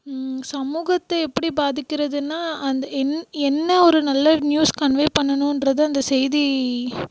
சமூகத்தை எப்படி பாதிக்கிறதுன்னா அந்த என் என்ன ஒரு நல்ல நியூஸ் கன்வே பண்ணனுன்றதை அந்த செய்தி